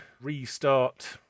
restart